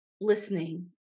listening